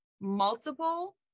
multiple